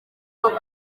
bwoko